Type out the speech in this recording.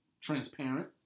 transparent